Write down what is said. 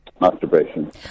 masturbation